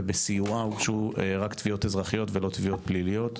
ובסיוע הוגשו רק תביעות אזרחיות ולא תביעות פליליות.